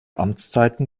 amtszeiten